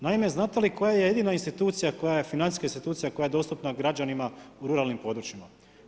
Naime, znate li koja je jedina institucija koja je financijska institucija koja je dostupna građanima u ruralnim područjima?